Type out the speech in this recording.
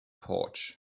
porch